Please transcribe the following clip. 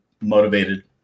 motivated